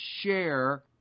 share